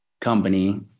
company